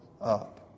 up